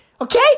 Okay